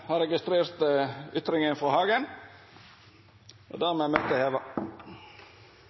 har registrert ytringa frå representanten Carl I. Hagen. Dermed er møtet heva.